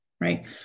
right